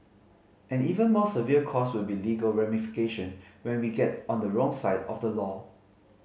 an even more severe cost will be legal ramification when we get on the wrong side of the law